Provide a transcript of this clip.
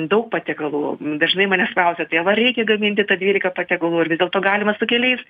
daug patiekalų dažnai manęs klausia tai va ar reikia gaminti tą dvylika patiekalų ar vis dėlto galima su keliais